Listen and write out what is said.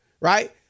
right